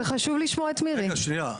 זה אומר שצריכה להיות לו סמכות.